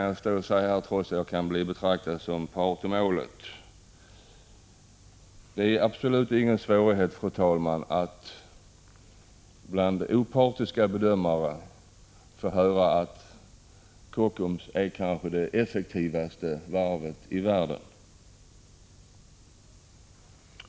Jag vågar säga det, trots att jag kan betraktas som part i målet. Det är absolut ingen ovanlighet, fru talman, att bland opartiska bedömare 43 Prot. 1985/86:155 få höra att Kockums är det kanske effektivaste varvet i världen.